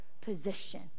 position